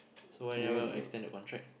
so why never extend the contract